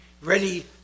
ready